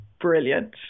brilliant